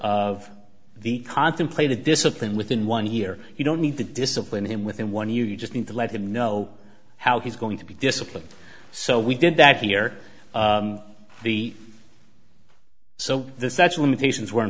of the contemplated discipline within one year you don't need to discipline him within one you just need to let him know how he's going to be disciplined so we did that here the so the such limitations weren't